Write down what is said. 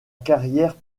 carrière